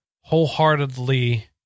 wholeheartedly